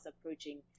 approaching